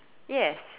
yes